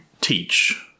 teach